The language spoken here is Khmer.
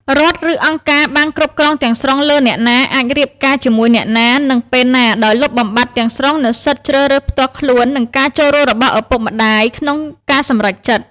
រដ្ឋ ឬ "អង្គការ" បានគ្រប់គ្រងទាំងស្រុងលើអ្នកណាអាចរៀបការជាមួយអ្នកណា និងពេលណា ដោយលុបបំបាត់ទាំងស្រុងនូវសិទ្ធិជ្រើសរើសផ្ទាល់ខ្លួននិងការចូលរួមរបស់ឪពុកម្តាយក្នុងការសម្រេចចិត្ត។